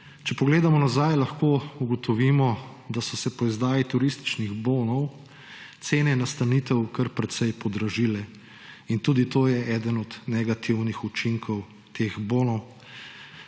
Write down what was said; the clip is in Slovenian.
Če pogledamo nazaj, lahko ugotovimo, da so se po izdaji turističnih bonov cene nastanitev kar precej podražile, in tudi to je eden od negativnih učinkov teh bonov.